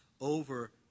over